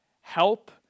Help